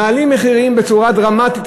מעלים מחירים בצורה דרמטית,